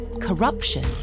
corruption